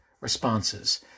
responses